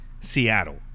Seattle